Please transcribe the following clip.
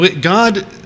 God